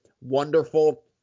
Wonderful